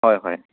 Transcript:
হয় হয়